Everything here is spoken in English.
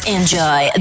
Enjoy